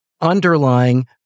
underlying